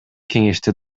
кеңеште